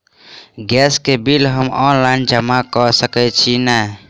Gas केँ bill हम online जमा कऽ सकैत छी की नै?